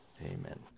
amen